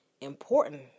important